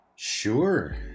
Sure